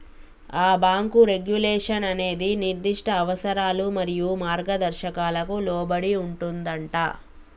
ఆ bank regulation అనేది నిర్దిష్ట అవసరాలు మరియు మార్గదర్శకాలకు లోబడి ఉంటుందంటా